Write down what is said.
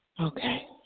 Okay